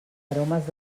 aromes